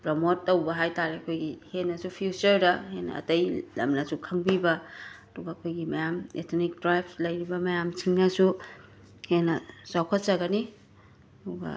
promote ꯇꯧꯕ ꯍꯥꯏ ꯇꯥꯔꯦ ꯑꯈꯣꯏꯒꯤ ꯍꯦꯟꯅꯁꯨ ꯐ꯭ꯌꯨꯆꯔꯗꯥ ꯍꯦꯟꯅ ꯑꯇꯩ ꯂꯝꯅꯁꯨ ꯈꯪꯕꯤꯕꯥ ꯑꯗꯨꯒ ꯑꯈꯣꯏꯒꯤ ꯃꯌꯥꯝ ꯑꯦꯊꯅꯤꯛ ꯇ꯭ꯔꯥꯏꯞꯁ ꯂꯩꯔꯤꯕ ꯃꯌꯥꯝꯁꯤꯡꯅꯁꯨ ꯍꯦꯟꯅ ꯆꯥꯎꯈꯠꯆꯒꯅꯤ ꯗꯨꯒꯥ